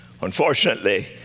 Unfortunately